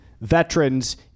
veterans